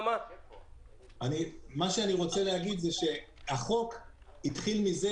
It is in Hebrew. מה שאני רוצה להגיד הוא שהחוק התחיל מזה